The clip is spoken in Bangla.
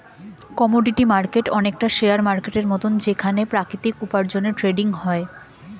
কমোডিটি মার্কেট অনেকটা শেয়ার মার্কেটের মত যেখানে প্রাকৃতিক উপার্জনের ট্রেডিং হয়